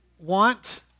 want